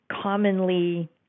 commonly